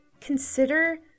consider